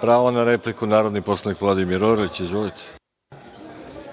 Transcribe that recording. Pravo na repliku, narodni poslanik Vladimir Orlić. Izvolite.